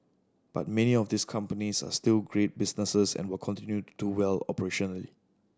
but many of these companies are still great businesses and will continue do well operationally